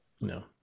no